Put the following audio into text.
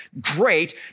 great